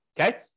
okay